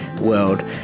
world